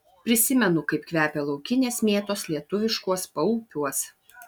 prisimenu kaip kvepia laukinės mėtos lietuviškuos paupiuos